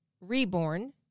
reborn